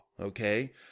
okay